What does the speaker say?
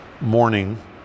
morning